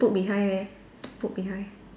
put behind eh put behind